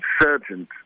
insurgent